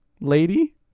lady